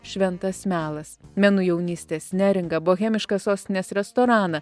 šventas melas menu jaunystės neringą bohemišką sostinės restoraną